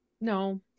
No